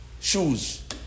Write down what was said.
Shoes